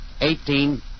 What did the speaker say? eighteen